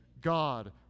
God